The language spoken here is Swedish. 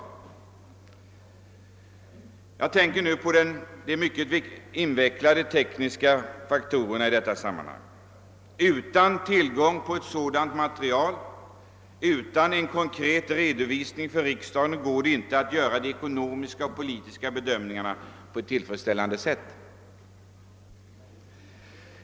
Jag tänker på de mycket invecklade tekniska faktorerna i detta sammanhang. Utan tillgång till ett sådant material, utan en konkret redovisning för riksdagen går dei inte att göra de ekonomiska och politiska bedömningarna på ett tillfredsställande sätt.